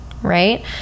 right